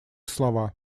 слова